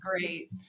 great